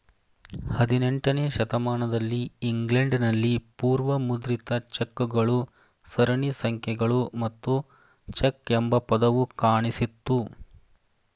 ಹದಿನೆಂಟನೇ ಶತಮಾನದಲ್ಲಿ ಇಂಗ್ಲೆಂಡ್ ನಲ್ಲಿ ಪೂರ್ವ ಮುದ್ರಿತ ಚೆಕ್ ಗಳು ಸರಣಿ ಸಂಖ್ಯೆಗಳು ಮತ್ತು ಚೆಕ್ ಎಂಬ ಪದವು ಕಾಣಿಸಿತ್ತು